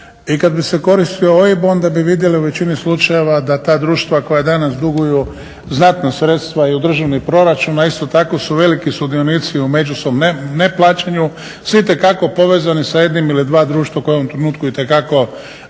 i kad bi se koristili OIB onda bi vidjeli u većini slučajeva da ta društva koja danas duguju znatno sredstva i u državni proračun a isto tako su veliki sudionici u međusobnom neplaćanju. Svi itekako povezani sa jednim ili dva društva koja u ovom trenutku itekako